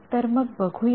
तर मग बघूया